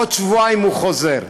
עוד שבועיים הוא חוזר,